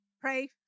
Pray